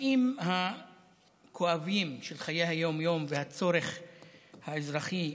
הנושאים הכואבים של חיי היום-יום והצורך האזרחי,